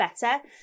better